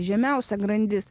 žemiausia grandis